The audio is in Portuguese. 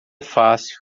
fácil